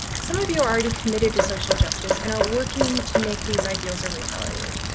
some of you are already committed to social justice and are working to make these ideals a reality.